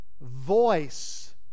voice